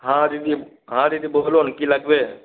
হ্যাঁ দিদি হ্যাঁ দিদি বলুন কী লাগবে